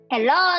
Hello